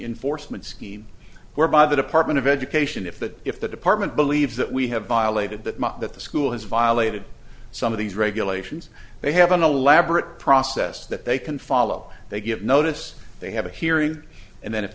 in forstmann scheme whereby the department of education if that if the department believes that we have violated that that the school has violated some of these regulations they have an elaborate process that they can follow they give notice they have a hearing and then if